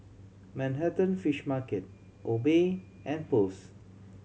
Manhattan Fish Market Obey and Post